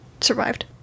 survived